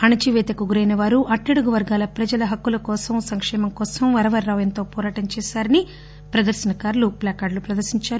అణచిపేతకు గురైన వారు అట్టడుగు వర్గాల ప్రజల హక్కుల కోసం సంకేమం కోసం వరవరరావు ఎంతో వోరాటం చేశారని ప్రదర్శనకారులు ప్లకార్డులు ప్రదర్శించారు